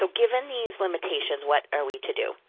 so given these limitations, what are we to do?